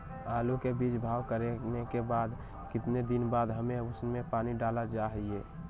आलू के बीज के भाव करने के बाद कितने दिन बाद हमें उसने पानी डाला चाहिए?